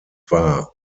war